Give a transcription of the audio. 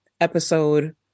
episode